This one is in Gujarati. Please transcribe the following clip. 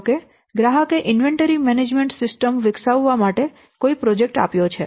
ધારો કે ગ્રાહકે ઇન્વેન્ટરી મેનેજમેન્ટ સિસ્ટમ વિકસાવવા માટે કોઈ પ્રોજેક્ટ આપ્યો છે